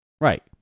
Right